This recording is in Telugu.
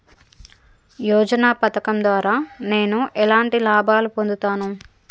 యోజన పథకం ద్వారా నేను ఎలాంటి లాభాలు పొందుతాను?